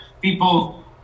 people